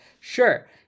sure